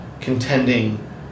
contending